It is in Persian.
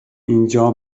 اینجا